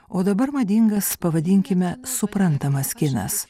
o dabar madingas pavadinkime suprantamas kinas